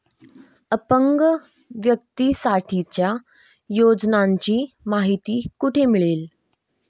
अपंग व्यक्तीसाठीच्या योजनांची माहिती कुठे मिळेल?